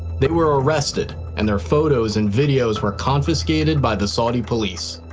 they were arrested and their photos and videos were confiscated by the saudi police.